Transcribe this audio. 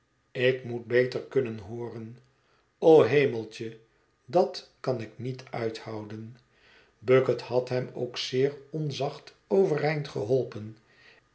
ik moet beter kunnen hooren o hemeltje dat kan ik niet uithouden bucket had hem ook zeer onzacht overeind geholpen